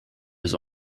his